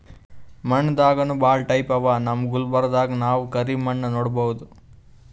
ಮಣ್ಣ್ ದಾಗನೂ ಭಾಳ್ ಟೈಪ್ ಅವಾ ನಮ್ ಗುಲ್ಬರ್ಗಾದಾಗ್ ನಾವ್ ಕರಿ ಮಣ್ಣ್ ನೋಡಬಹುದ್